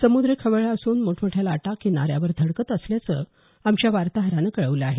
समुद्र खवळला असून मोठमोठ्या लाटा किनाऱ्यावर धडकत असल्याचं आमच्या वार्ताहरानं कळवलं आहे